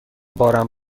بارم